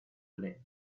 length